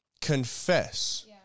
confess